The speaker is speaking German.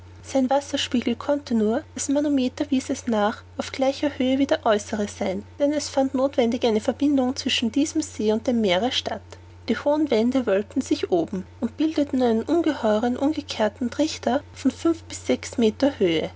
sein wasserspiegel konnte nur das manometer wies es nach von gleicher höhe wie der äußere sein denn es fand nothwendig eine verbindung zwischen diesem see und dem meere statt die hohen wände wölbten sich oben und bildeten einen ungeheuern umgekehrten trichter von fünf bis sechs meter höhe